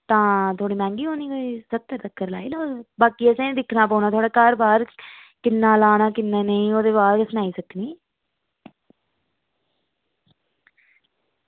तां थोह्ड़ी मैहंगी होनी स्हत्तर धोड़ी लाई लैओ बाकी असेंगी दिक्खना पौना थुआढ़ा घर बाहर किन्ना लाना किन्ना नेईं ओह्दे बाद गै सनाई सकनी